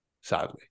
sadly